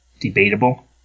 debatable